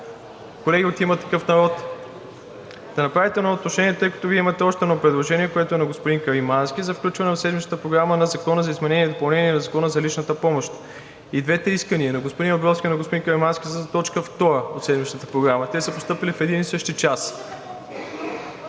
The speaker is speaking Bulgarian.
Колеги от „Има такъв народ“, само да направите едно уточнение, тъй като Вие имате още едно предложение, което е на господин Каримански, за включване в седмичната програма на Законопроект за изменение и допълнение на Закона за личната помощ. И двете искания – и на господин Абровски, и на господин Каримански, са за точка втора от седмичната програма, те са постъпили в един и същи час.